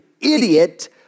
idiot